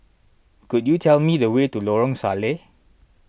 could you tell me the way to Lorong Salleh